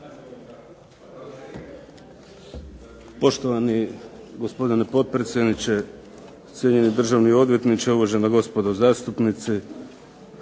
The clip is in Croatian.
Poštovani gospodine potpredsjedniče, cijenjeni državni odvjetniče, uvažena gospodo zastupnici.